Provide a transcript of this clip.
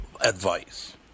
advice